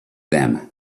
them